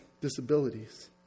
disabilities